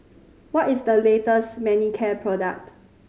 what is the latest Manicare product